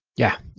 yeah,